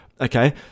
Okay